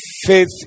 faith